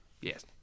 Yes